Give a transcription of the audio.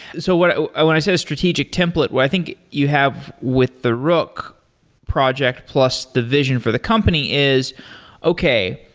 so but i want to set a strategic template. well, i think you have with the rook project, plus the vision for the company is okay,